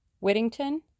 Whittington